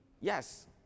Yes